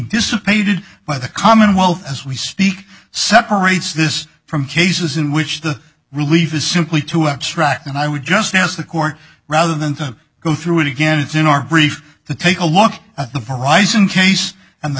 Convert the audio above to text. dissipated by the commonwealth as we speak separates this from cases in which the relief is simply too abstract and i would just as the court rather than to go through it again it's in our brief to take a look at the rise in case and the